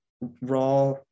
raw